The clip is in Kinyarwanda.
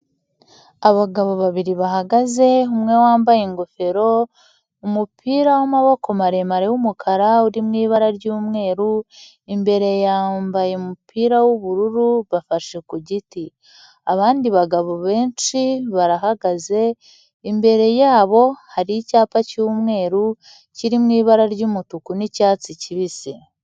Abagabo babiri bahagaze, umwe wambaye ingofero, umupira w'amaboko maremare w'umukara urimo ibara ry'umweru, imbere yambaye umupira w'ubururu, bafashe ku giti. Abandi bagabo benshi barahagaze, imbere yabo hari icyapa cy'umweru kirimo ibara ry'umutuku n'icyatsi kibisi.